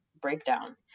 breakdown